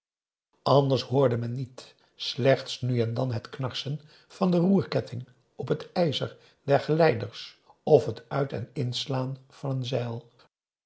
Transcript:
anders hoorde men niet slechts nu en dan het knarsen van den roerketting op het ijzer der geleiders of het uit en inslaan van een zeil